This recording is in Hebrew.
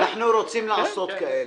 אנחנו רוצים לעשות כאלה.